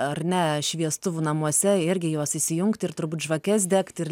ar ne šviestuvų namuose irgi juos įsijungti ir turbūt žvakes degti ir